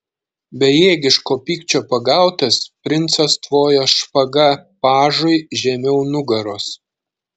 bejėgiško pykčio pagautas princas tvojo špaga pažui žemiau nugaros